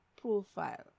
profile